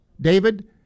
David